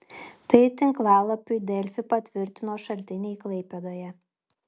tai tinklalapiui delfi patvirtino šaltiniai klaipėdoje